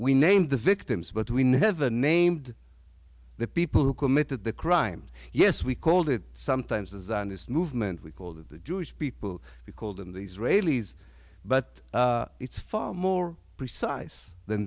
we name the victims but we never named the people who committed the crime yes we called it sometimes a zionist movement we called it the jewish people we call them the israelis but it's far more precise than